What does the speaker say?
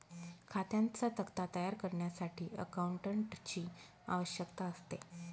खात्यांचा तक्ता तयार करण्यासाठी अकाउंटंटची आवश्यकता असते